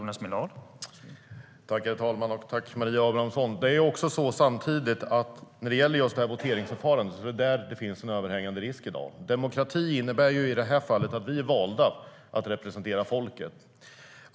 Herr talman! Tack, Maria Abrahamsson! Samtidigt är det just när det gäller voteringsförfarandet som det finns en överhängande risk i dag. Demokrati innebär i detta fall att vi är valda att representera folket.